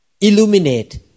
illuminate